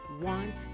want